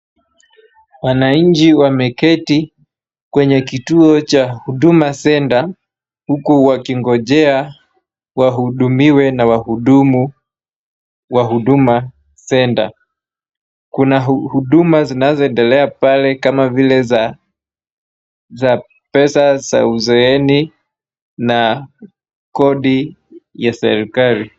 Wananchi wameketi kwenye kituo cha Huduma Center, huku wakingojea wahudumiwe na wahudumu wa Huduma Center. Kuna huduma zinazoendelea pale kama vile za, za pesa za uzeeni na kodi ya serikali.